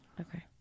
okay